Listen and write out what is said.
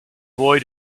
boy